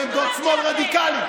הן עמדות שמאל רדיקליות,